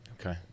Okay